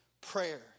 prayer